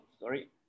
sorry